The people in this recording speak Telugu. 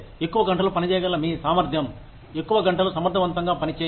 ఎక్కువ గంటలు పని చేయగల మీ సామర్థ్యం ఎక్కువ గంటలు సమర్థవంతంగా పని చేయండి